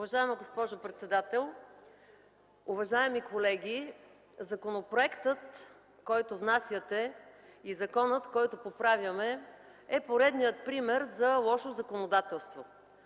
Уважаема госпожо председател, уважаеми колеги! Законопроектът, който внасяте, и законът, който поправяме, е поредният пример за лошо законодателство.